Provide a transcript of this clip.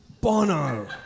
Bono